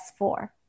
S4